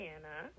Anna